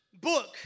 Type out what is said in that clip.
book